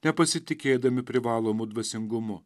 nepasitikėdami privalomu dvasingumu